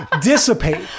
dissipate